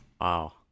Wow